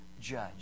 judge